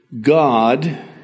God